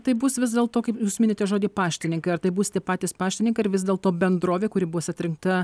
tai bus vis dėlto kaip jūs minite žodį paštininkai ar tai bus tie patys paštininkai ar vis dėlto bendrovė kuri bus atrinkta